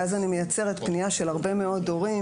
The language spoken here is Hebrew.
ואז אני מייצרת פנייה של הרבה מאוד הורים